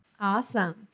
Awesome